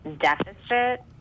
deficit